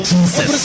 Jesus